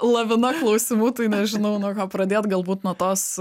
lavina klausimų tai nežinau nuo ko pradėt galbūt nuo tos